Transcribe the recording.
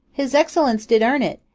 his excellence did earn it,